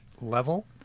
level